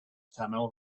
terminal